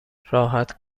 راحت